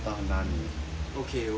okay okay